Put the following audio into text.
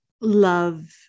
love